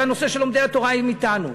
בנושא של לומדי התורה הם אתנו.